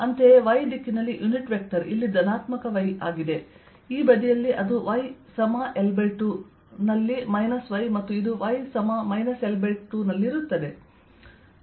ಅಂತೆಯೇ y ದಿಕ್ಕಿನಲ್ಲಿ unit vector ಇಲ್ಲಿ ಧನಾತ್ಮಕ y ಆಗಿದೆ ಈ ಬದಿಯಲ್ಲಿ ಅದು y L2 ನಲ್ಲಿ y ಮತ್ತು ಇದು y L2 ನಲ್ಲಿರುತ್ತದೆ